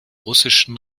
russischen